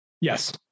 Yes